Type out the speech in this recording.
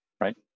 right